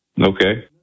Okay